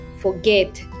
forget